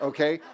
Okay